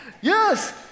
Yes